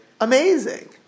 amazing